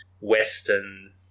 Western